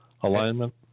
alignment